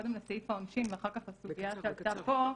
אני אתייחס קודם לסעיף העונשין ואחר-כך לסוגיה שעלתה פה.